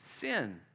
sin